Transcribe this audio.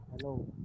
Hello